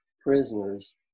prisoners